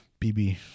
BB